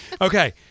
Okay